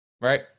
right